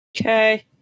Okay